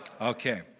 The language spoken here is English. Okay